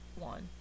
one